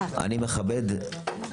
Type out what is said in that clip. בדרך כלל אני מכבד את משרד הבריאות,